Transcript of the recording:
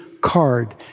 Card